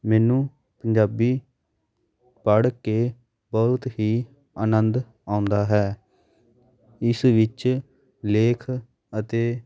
ਮੈਨੂੰ ਪੰਜਾਬੀ ਪੜ੍ਹ ਕੇ ਬਹੁਤ ਹੀ ਆਨੰਦ ਆਉਂਦਾ ਹੈ ਇਸ ਵਿੱਚ ਲੇਖ ਅਤੇ